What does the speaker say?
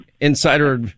Insider